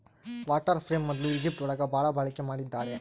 water frame ಮೊದ್ಲು Egypt ಒಳಗ ಭಾಳ ಬಳಕೆ ಮಾಡಿದ್ದಾರೆ